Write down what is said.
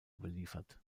überliefert